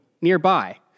nearby